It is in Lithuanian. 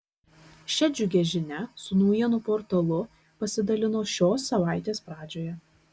šia džiugia žinia su naujienų portalu pasidalino šios savaitės pradžioje